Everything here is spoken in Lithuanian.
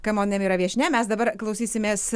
cmon nemira viešnia mes dabar klausysimės